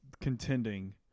contending